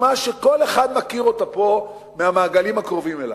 דוגמה שכל אחד פה מכיר אותה מהמעגלים הקרובים אליו: